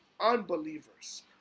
unbelievers